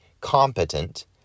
competent